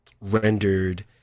rendered